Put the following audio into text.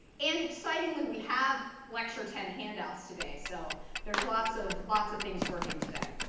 and excitingly, we have lecture ten handouts today, so there's lots of lots of things working today.